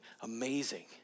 amazing